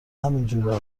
همینجوره